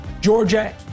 Georgia